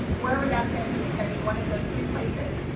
wherever that's gonna be? it's gonna be one of those three places,